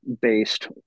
based